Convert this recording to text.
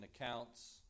accounts